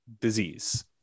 disease